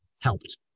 helped